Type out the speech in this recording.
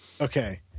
Okay